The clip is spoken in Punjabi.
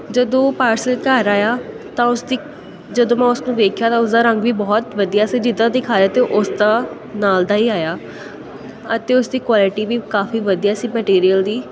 ਜਦੋਂ ਪਾਰਸਲ ਘਰ ਆਇਆ ਤਾਂ ਉਸ ਦੀ ਜਦੋਂ ਮੈਂ ਉਸ ਨੂੰ ਵੇਖਿਆ ਤਾਂ ਉਸ ਦਾ ਰੰਗ ਵੀ ਬਹੁਤ ਵਧੀਆ ਸੀ ਜਿੱਦਾਂ ਦਿਖਾਇਆ ਤੇ ਉਸ ਦਾ ਨਾਲ ਦਾ ਹੀ ਆਇਆ ਅਤੇ ਉਸ ਦੀ ਕੁਆਲਿਟੀ ਵੀ ਕਾਫੀ ਵਧੀਆ ਸੀ ਮਟੀਰੀਅਲ ਦੀ